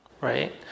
right